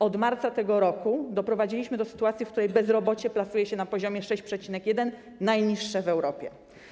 Od marca tego roku doprowadziliśmy do sytuacji, w której bezrobocie plasuje się na poziomie 6,1, jest najniższe w Europie.